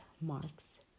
marks